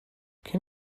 can